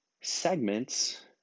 segments